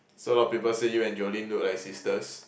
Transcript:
so a lot of people say you and Jolene look like sisters